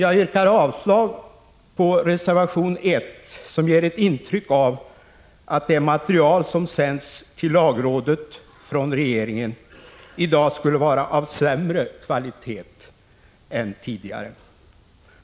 Jag yrkar avslag på reservation 1, som ger ett intryck av att det material — Prot. 1985/86:146 som sänds till lagrådet från regeringen i dag skulle vara av sämre kvalitet än 21 maj 1986 tidigare.